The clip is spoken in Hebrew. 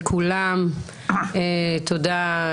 תודה,